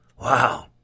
Wow